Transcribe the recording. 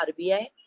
RBI